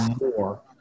more